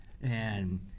And-